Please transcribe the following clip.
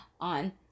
on